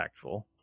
impactful